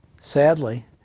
Sadly